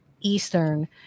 Eastern